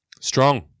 Strong